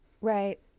Right